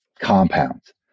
compounds